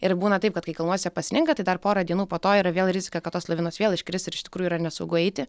ir būna taip kad kai kalnuose pasninga tai dar porą dienų po to yra vėl rizika kad tos lavinos vėl iškris ir iš tikrųjų yra nesaugu eiti